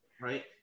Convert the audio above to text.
right